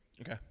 Okay